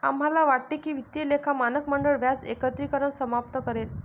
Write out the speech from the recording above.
आम्हाला वाटते की वित्तीय लेखा मानक मंडळ व्याज एकत्रीकरण समाप्त करेल